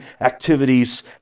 activities